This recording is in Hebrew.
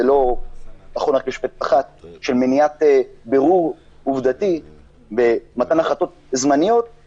זה לא נכון רק לשופטת אחת של מניעת בירור עובדתי ומתן החלטות זמניות,